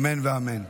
אמן ואמן.